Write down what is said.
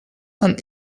and